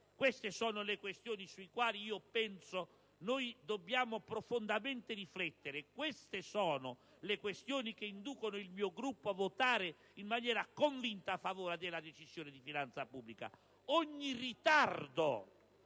Queste sono le questioni sulle quali penso che dobbiamo profondamente riflettere e che inducono il mio Gruppo a votare in maniera convinta a favore della Decisione di finanza pubblica. Ogni ritardo,